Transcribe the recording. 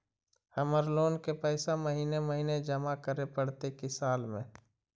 हमर लोन के पैसा महिने महिने जमा करे पड़तै कि साल में?